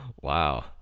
wow